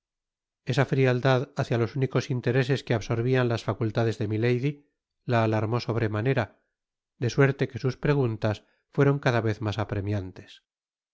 esa frialdad hácia los únicos intereses que absorbian las facultades de milady la alarmó sobremanera de suerte que sus preguntas fueron cada vez mas apremiantes